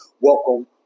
Welcome